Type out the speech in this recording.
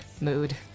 mood